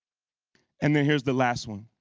and then here's the last one,